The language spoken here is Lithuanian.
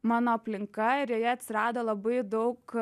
mano aplinka ir joje atsirado labai daug